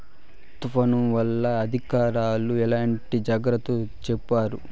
తుఫాను వల్ల అధికారులు ఎట్లాంటి జాగ్రత్తలు చెప్తారు?